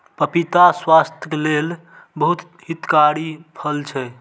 पपीता स्वास्थ्यक लेल बहुत हितकारी फल छै